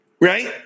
Right